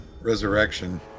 resurrection